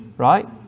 Right